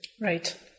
Right